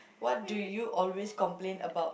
what do you always complain about